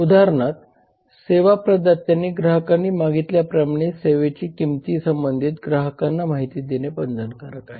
उदाहरणार्थ सेवा प्रदात्यांनी ग्राहकांनी मागितल्याप्रमाणे सेवेच्या किंमतीसंबंधी ग्राहकांना माहिती देणे बंधनकारक आहे